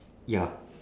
ya